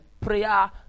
prayer